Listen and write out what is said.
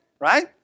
Right